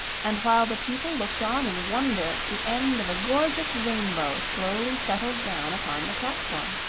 and while the people looked on in wonder the end of a gorgeous rainbow slowly settled down upon the platform.